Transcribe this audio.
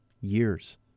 Years